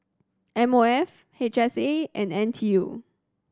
M O F H S A and N T U